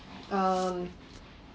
mmhmm